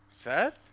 Seth